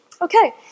Okay